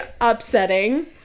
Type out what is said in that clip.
upsetting